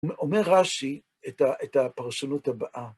אומר רש"י את הפרשנות הבאה.